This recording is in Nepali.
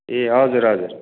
ए हजुर हजुर